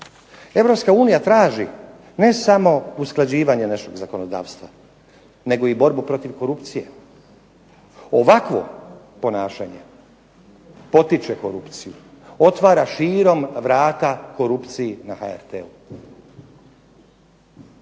Europska unija traži ne samo usklađivanje našeg zakonodavstva nego i borbu protiv korupcije. Ovakvo ponašanje potiče korupciju, otvara širom vrata korupciji na HRT-u.